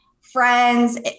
friends